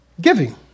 giving